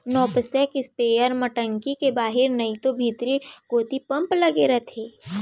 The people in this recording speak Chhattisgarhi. नैपसेक इस्पेयर म टंकी के बाहिर नइतो भीतरी कोइत पम्प लगे रथे